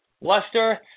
Lester